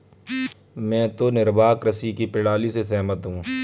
मैं तो निर्वाह कृषि की प्रणाली से सहमत हूँ